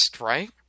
right